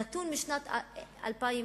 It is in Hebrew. נתון משנת 2003,